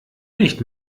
nicht